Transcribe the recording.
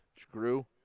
Screw